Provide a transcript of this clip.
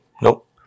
Nope